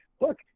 look